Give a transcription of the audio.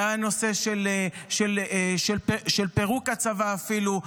ועל הנושא של פירוק הצבא אפילו,